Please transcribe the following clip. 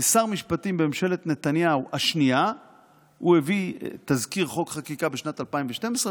כשר משפטים בממשלת נתניהו השנייה הוא הביא תזכיר חוק חקיקה בשנת 2012,